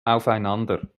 aufeinander